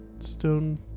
stone